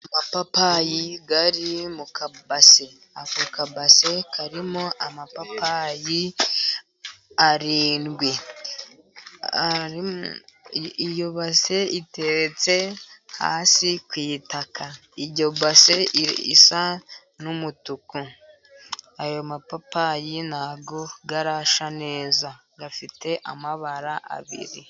Amapapayi ari mu kabase. Ako kabase karimo amapapayi arindwi. Iyo base iteretse hasi ku itaka. Iyo base isa n'umutuku. Ayo mapapayi ntago arashya neza, afite amabara abiri.